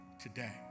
today